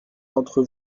d’entre